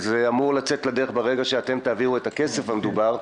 זה אמור לצאת לדרך ברגע שאתם תעבירו את הכסף המדובר.